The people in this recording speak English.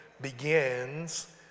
Begins